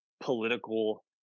political